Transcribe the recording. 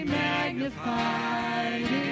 magnified